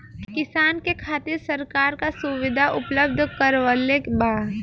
किसान के खातिर सरकार का सुविधा उपलब्ध करवले बा?